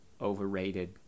overrated